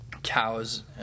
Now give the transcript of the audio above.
cows